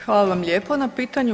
Hvala vam lijepo na pitanju.